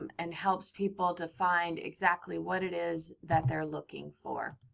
um and helps people to find exactly what it is that they're looking for.